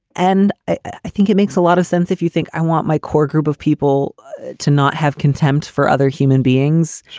and i think it makes a lot of sense if you think i want my core group of people to not have contempt for other human beings.